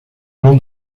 nom